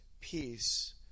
peace